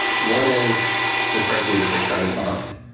one is just frankly, that they started behind.